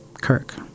Kirk